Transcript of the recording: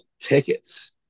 tickets